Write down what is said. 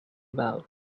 about